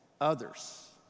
others